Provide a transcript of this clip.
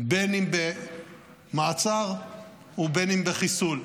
אם במעצר ואם בחיסול.